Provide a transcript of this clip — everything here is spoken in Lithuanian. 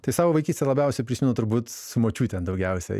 tai savo vaikystę labiausiai prisimenu turbūt su močiute daugiausiai